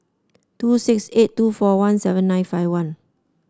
two six eight two four one seven nine five one